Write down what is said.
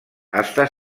està